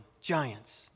Giants